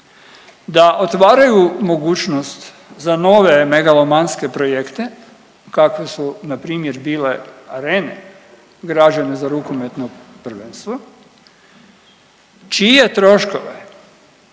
da otvaraju mogućnost za nove megalomanske projekte kakve su na primjer bile arene građene za rukometno prvenstvo čije troškove